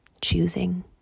choosing